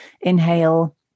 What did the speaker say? inhale